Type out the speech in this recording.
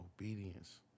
obedience